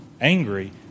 angry